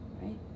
right